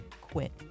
quit